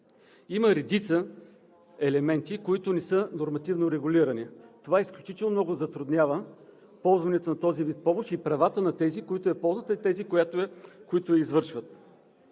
Има редица елементи, които не са нормативно регулирани. Това изключително много затруднява ползването на този вид помощ и правата на тези, които я ползват, и тези, които я извършват.